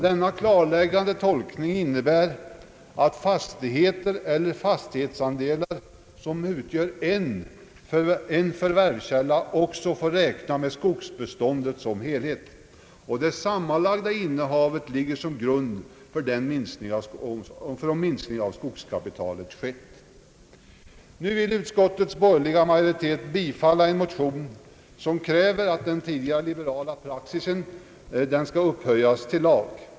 Denna klarläggande tolkning innebär att fastigheter eller fastighetsdelar som utgör en förvärvskälla också får räkna med skogsbeståndet som helhet och att det sammanlagda innehavet ligger som grund vid bedömningen om minskning av skogskapitalet skett. Nu vill utskottets borgerliga majoritet att riksdagen skall bifalla en motion vari krävs att den liberala praxis, som jag tidigare omnämnt, upphöjes till lag.